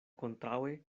kontraŭe